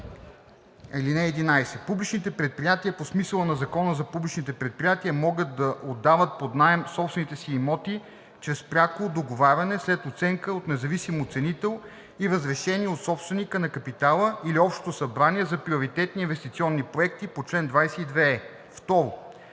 Публичните предприятия по смисъла на Закона за публичните предприятия могат да отдават под наем собствените си имоти чрез пряко договаряне след оценка от независим оценител и разрешение от собственика на капитала или общото събрание за приоритетни инвестиционни проекти по чл. 22е.“